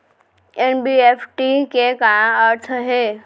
NEFT के का अर्थ है?